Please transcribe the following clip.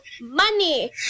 money